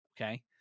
Okay